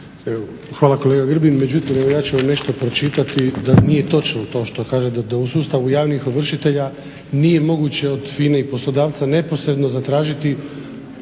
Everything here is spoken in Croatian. Hvala kolega Grbin. Međutim evo ja ću vam nešto pročitati da nije točno to što kažete da u sustavu javnih ovršitelja nije moguće od FINA-e i poslodavca neposredno zatražiti